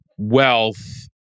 wealth